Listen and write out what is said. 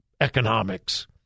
economics